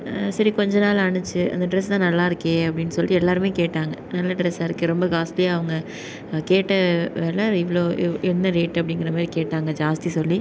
சரி கொஞ்ச நாள் ஆணுச்சி அந்த ட்ரெஸ் தான் நல்லா இருக்கே அப்படின் சொல்லிட்டு எல்லாருமே கேட்டாங்க நல்ல ட்ரெஸ்ஸா இருக்கே ரொம்ப காஸ்ட்லியாவுங்க கேட்ட வில இவ்வளோ இவ் என்ன ரேட்டு அப்படிங்குற மாதிரி கேட்டாங்க ஜாஸ்தி சொல்லி